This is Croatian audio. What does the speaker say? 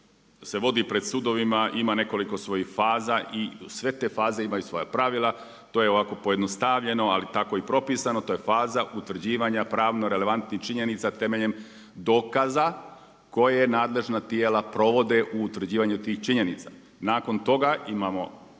se vodi pred sudovima ima nekoliko svojih faza i sve te faze imaju svoja pravila, to je ovako pojednostavljeno ali tako i propisano, to je faza utvrđivanja pravno relevantnih činjenica temeljem dokaza koje nadležna tijela provode u utvrđivanju tih činjenica. Nakon toga imamo